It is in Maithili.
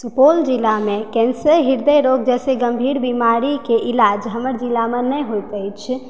सुपौल जिलामे कैन्सर हृदय रोग जैसे गम्भीर बीमारीके इलाज हमर जिलामऽ नहि होइत अछि